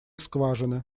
скважины